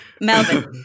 Melvin